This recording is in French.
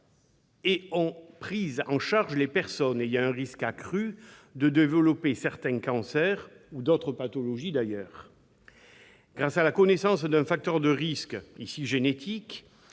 et ont pris en charge les personnes ayant un risque accru de développer certains cancers ou d'autres pathologies. Grâce à la connaissance d'un facteur de risque- ici génétique